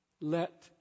let